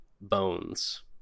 bones